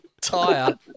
tire